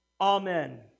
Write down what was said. Amen